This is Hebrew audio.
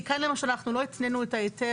כי כאן למשל אנחנו לא התנינו את ההיתר